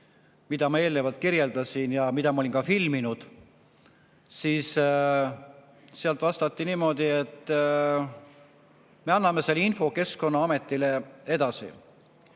mida ma eelnevalt kirjeldasin ja mida ma olin ka filminud. Sealt vastati, et me anname selle info Keskkonnaametile edasi.